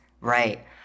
Right